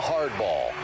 Hardball